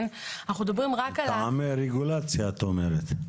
מטעמי רגולציה את אומרת.